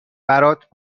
برات